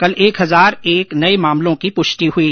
कल एक हजार एक नए मामलों की पुष्टि हुई